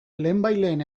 lehenbailehen